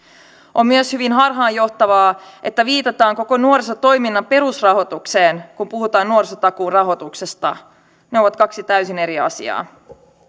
on myös hyvin harhaanjohtavaa että viitataan koko nuorisotoiminnan perusrahoitukseen kun puhutaan nuorisotakuun rahoituksesta ne ovat kaksi täysin eri asiaa